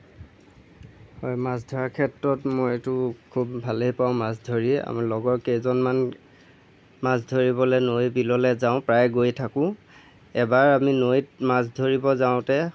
মাছ ধৰাৰ ক্ষেত্ৰত মইতো বহুত ভালেই পাওঁ আমি লগৰ কেইজনমান মাছ ধৰিবলৈ নৈ বিললে যাওঁ প্ৰায়ে গৈ থাকো এবাৰ আমি নৈত মাছ ধৰিব যাওঁতে